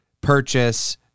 purchase